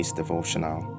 devotional